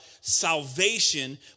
salvation